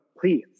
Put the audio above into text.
Please